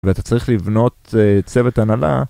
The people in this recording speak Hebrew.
ואתה צריך לבנות צוות הנהלה